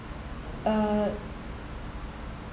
uh